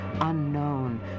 unknown